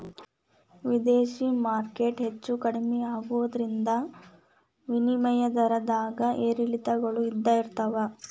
ವಿದೇಶಿ ಮಾರ್ಕೆಟ್ ಹೆಚ್ಚೂ ಕಮ್ಮಿ ಆಗೋದ್ರಿಂದ ವಿನಿಮಯ ದರದ್ದಾಗ ಏರಿಳಿತಗಳು ಇದ್ದ ಇರ್ತಾವ